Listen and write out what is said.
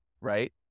right